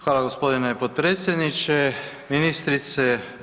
Hvala gospodine potpredsjedniče, ministrice.